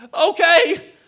okay